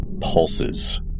pulses